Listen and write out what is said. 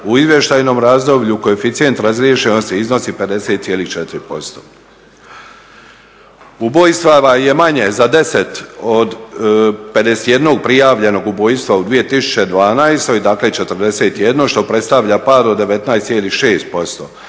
u izvještajnom razdoblju koeficijent razriješenosti iznosi 50,4%. Ubojstava je manje za 10 od 51 prijavljenog ubojstva u 2012., dakle 41 što predstavlja pad od 19,6%.